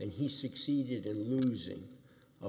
and he succeeded in musing a